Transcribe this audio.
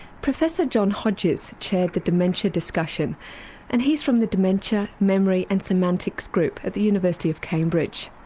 professor john hodges chaired the dementia discussion and he's from the dementia, memory and semantics group at the university of cambridge.